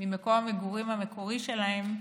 ממקום המגורים שלהן,